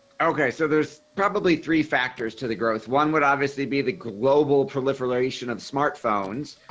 ok. so there's probably three factors to the growth. one would obviously be the global proliferation of smartphones.